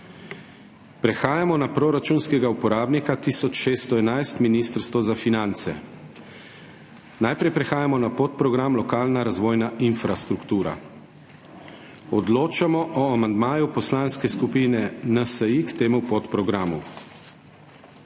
Prehajamo na proračunskega uporabnika 1611 Ministrstvo za finance. Najprej prehajamo na podprogram Lokalna razvojna infrastruktura. Odločamo o amandmaju Poslanske skupine NSi k temu podprogramu.